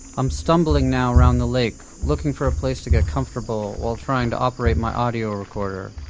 i'm stumbling now around the lake, looking for a place to get comfortable, while trying to operate my audio recorder.